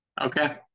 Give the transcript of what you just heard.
Okay